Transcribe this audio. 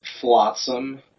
flotsam